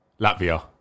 Latvia